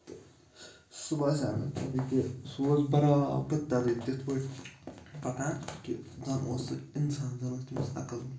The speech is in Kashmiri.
تہٕ سُہ باسیو مےٚ تَتہِ کہِ سُہ اوس برابَد تَتہِ تِتھ پٲٹھۍ پَکان کہِ زَن اوس سُہ اِنسان زَن ٲس تٔمِس عقٕل